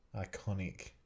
Iconic